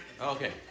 okay